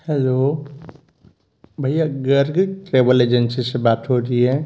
hello भैया Garg travel agency से बात हो रही है